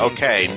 Okay